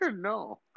No